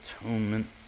atonement